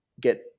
get